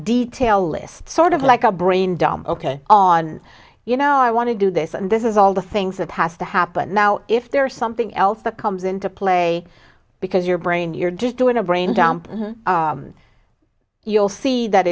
detail list sort of like a brain dump ok on you know i want to do this and this is all the things that has to happen now if there's something else that comes into play because your brain you're just doing a brain dump you'll see that